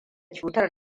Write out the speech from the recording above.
cutar